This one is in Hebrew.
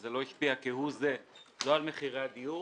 וזה לא השפיע כהוא זה לא על מחירי הדיור